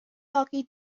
hockey